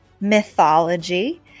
mythology